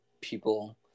people